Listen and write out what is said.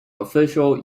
official